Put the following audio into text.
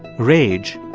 rage,